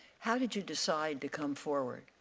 how did you decide to come forward?